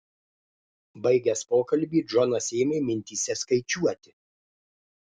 baigęs pokalbį džonas ėmė mintyse skaičiuoti